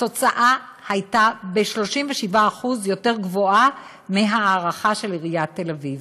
התוצאה הייתה ב-37% יותר גבוהה מההערכה של עיריית תל אביב.